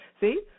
see